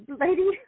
lady